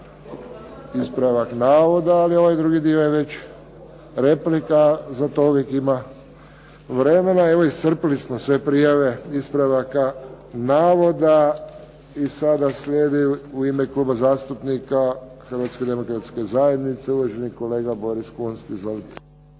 ispravak navoda, ali ovaj drugi dio je već replika. Za to uvijek ima vremena. Evo iscrpili smo sve prijave ispravaka navoda. I sada slijedi u ime Kluba zastupnika Hrvatske demokratske zajednice uvaženi kolega Boris Kunst.